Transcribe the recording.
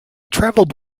travelled